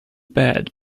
bad